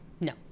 No